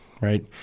right